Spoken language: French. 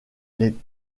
les